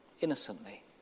innocently